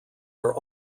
are